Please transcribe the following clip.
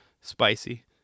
spicy